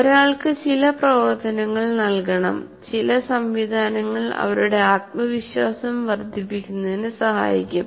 ഒരാൾക്ക് ചില പ്രവർത്തനങ്ങൾ നൽകണം ചില സംവിധാനങ്ങൾ അവരുടെ ആത്മവിശ്വാസം വർദ്ധിപ്പിക്കുന്നതിന് സഹായിക്കും